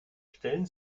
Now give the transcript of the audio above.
stellen